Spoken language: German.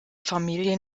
familie